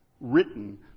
written